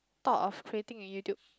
talk of creating a YouTube